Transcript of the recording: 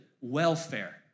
welfare